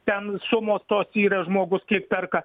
ten sumos tos yra žmogus kiek perka